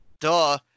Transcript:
Duh